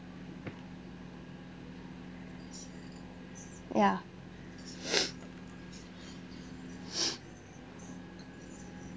ya